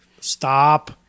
Stop